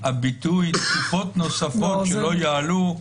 הביטוי "תקופות נוספות שלא יעלו",